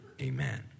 amen